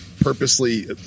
purposely